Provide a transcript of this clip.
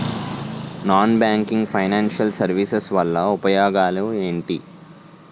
Non banking financial services వల్ల ఉపయోగాలు ఎంటి?